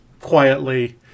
quietly